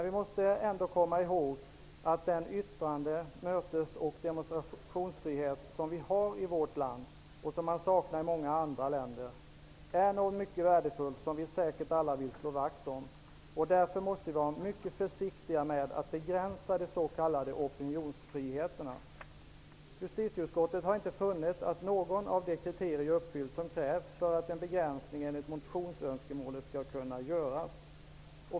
Vi måste ändå komma ihåg att den yttrande-, mötesoch demonstrationsfrihet som vi har i vårt land och som man saknar i många andra länder är något mycket värdefullt som vi säkert alla vill slå vakt om. Därför måste vi vara mycket försiktiga med att begränsa de s.k. opinionsfriheterna. Justitieutskottet har inte funnit att något av de kriterier är uppfyllt som krävs för att en begränsing enligt motionsönskemålet skall kunna göras.